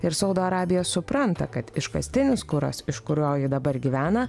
ir saudo arabija supranta kad iškastinis kuras iš kurio ji dabar gyvena